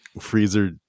freezer